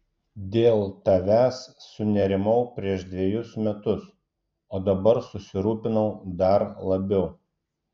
dėl tavęs sunerimau prieš dvejus metus o dabar susirūpinau dar labiau